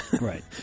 Right